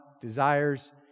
desires